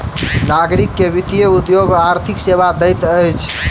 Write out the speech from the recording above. नागरिक के वित्तीय उद्योग आर्थिक सेवा दैत अछि